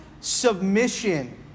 submission